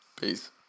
Peace